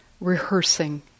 rehearsing